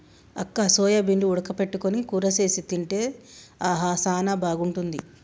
అక్క సోయాబీన్లు ఉడక పెట్టుకొని కూర సేసి తింటే ఆహా సానా బాగుంటుంది